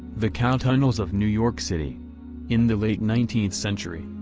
the cow tunnels of new york city in the late nineteenth century,